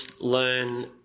learn